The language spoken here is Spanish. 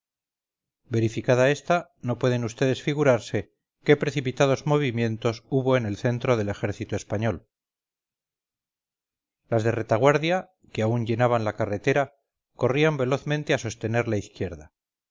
verificada esta no pueden vds figurarse qué precipitados movimientos hubo en el centro del ejército español las de retaguardia que aún llenaban la carretera corrían velozmente a sostener la izquierda